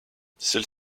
celle